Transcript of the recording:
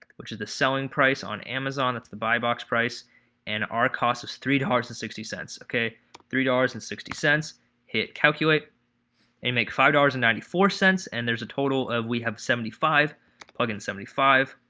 which is the selling price on amazon that's the buy box price and our cost of three two hearts and sixty cents okay three dollars and sixty cents hit calculate and make five dollars and ninety four cents and there's a total of we have seventy five plug in seventy five